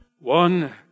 One